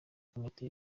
komite